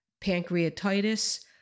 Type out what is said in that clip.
pancreatitis